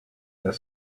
their